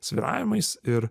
svyravimais ir